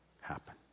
happen